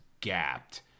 gapped